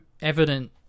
evident